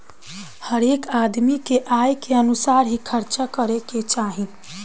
हरेक आदमी के आय के अनुसार ही खर्चा करे के चाही